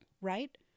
right